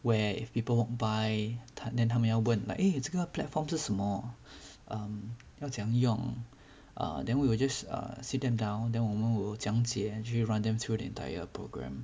where if people walk by 他 then 他们要问 like eh 这个 platform 是什么 um 要怎样用 err then we will just err sit them down then 我们 will 讲解就 run them through the entire program